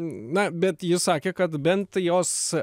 na bet ji sakė kad bent jos